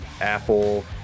Apple